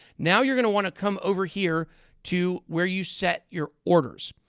now, you're going to want to come over here to where you set your orders.